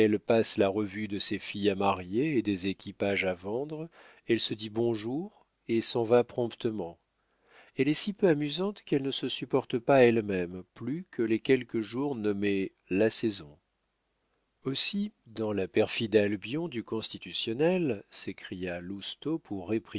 la revue de ses filles à marier et des équipages à vendre elle se dit bonjour et s'en va promptement elle est si peu amusante qu'elle ne se supporte pas elle-même plus que les quelques jours nommés la saison aussi dans la perfide albion du constitutionnel s'écria lousteau pour